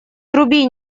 труби